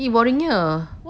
!ee! boring nya